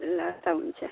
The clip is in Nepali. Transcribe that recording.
ल त हुन्छ